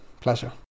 Pleasure